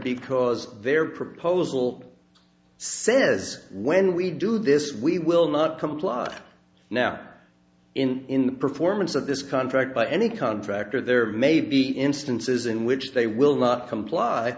because their proposal says when we do this we will not comply now in the performance of this contract by any contractor there may be instances in which they will not comply